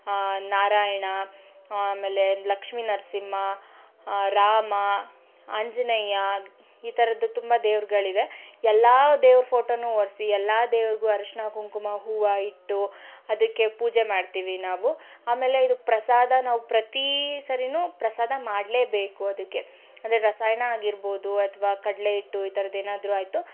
ನಾರಾಯಣ ಆಮೇಲೆ ಲಕ್ಷೀ ನರಸಿಂಹ ರಾಮ ಆಂಜನೇಯ ಈ ಥರದ್ದು ತುಂಬ ದೇವರುಗಳಿವೆ ಎಲ್ಲ ದೇವ್ರ ಫೋಟೋನು ಒರ್ಸಿ ಎಲ್ಲ ದೇವ್ರಿಗೂ ಅರಿಶಿನ ಕುಂಕುಮ ಹೂವ ಇಟ್ಟು ಅದಕ್ಕೆ ಪೂಜೆ ಮಾಡ್ತೀವಿ ನಾವು ಆಮೇಲೆ ಇದಕ್ಕೆ ಪ್ರಸಾದ ನಾವು ಪ್ರತೀ ಸರಿಯು ಪ್ರಸಾದ ಮಾಡಲೇ ಬೇಕು ಅದಕ್ಕೆ ಅಂದರೆ ರಸಾಯನ ಆಗಿರ್ಬೋದು ಅಥವಾ ಕಡಲೆ ಹಿಟ್ಟು ಈ ಥರದ್ದು ಏನಾದ್ರೂ ಆಯಿತು